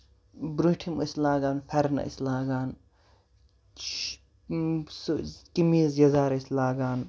برٛوٗنٛٹھِم ٲسۍ لاگان پھیرن ٲسۍ لاگان یِم سُہ قمیٖض یَزار ٲسۍ لاگان